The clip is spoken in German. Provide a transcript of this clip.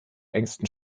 engsten